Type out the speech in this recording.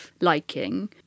liking